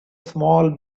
small